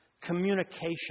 communication